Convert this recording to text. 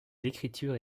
d’écriture